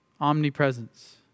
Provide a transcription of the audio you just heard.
omnipresence